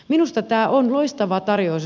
minusta tämä on loistava tarjous